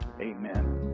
Amen